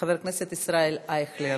חבר הכנסת ישראל אייכלר,